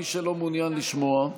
מי שלא מעוניין לשמוע.